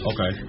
Okay